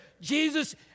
Jesus